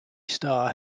star